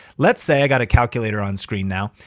let's say i got a calculator on screen now.